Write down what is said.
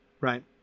right